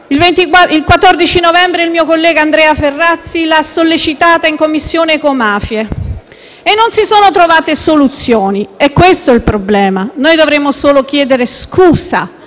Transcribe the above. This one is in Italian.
il 14 novembre il mio collega Andrea Ferrazzi l'ha sollecitata in Commissione ecomafie. E non si sono trovate soluzioni: è questo il problema. Noi dovremmo solo chiedere scusa